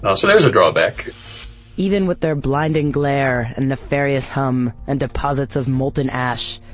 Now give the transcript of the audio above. ah so there was a drawback even with their blinding glare and nefarious hum and deposits of molten ash,